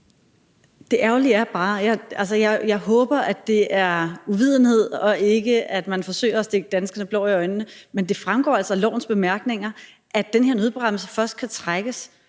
Pernille Vermund (NB): Jeg håber, at det er af uvidenhed og ikke, at man forsøger at stikke danskerne blår i øjnene, men det fremgår altså af lovens bemærkninger, at den her nødbremse først kan trækkes,